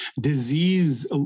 disease